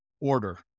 order